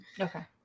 Okay